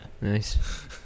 Nice